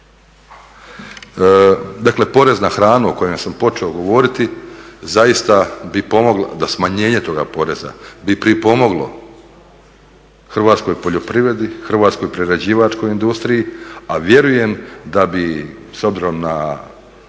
Dakle porez na hranu o kojem sam počeo govoriti zaista bi pomoglo, da smanjenje toga poreza bi pripomoglo hrvatskoj poljoprivredi, hrvatskoj prerađivačkoj industriji, a vjerujem da bi s obzirom na